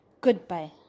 goodbye